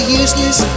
useless